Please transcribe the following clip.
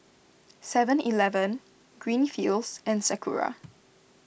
Seven Eleven Greenfields and Sakura